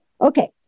Okay